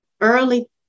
early